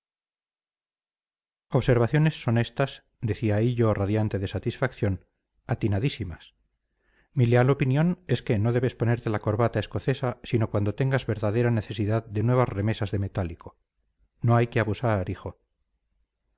observaciones son estas decía hillo radiante de satisfacción atinadísimas mi leal opinión es que no debes ponerte la corbata escocesa sino cuando tengas verdadera necesidad de nuevas remesas de metálico no hay que abusar hijo